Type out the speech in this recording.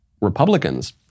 Republicans